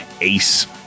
Ace